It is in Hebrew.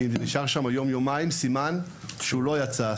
אם זה נשאר שם יום-יומיים סימן שהוא לא יצא,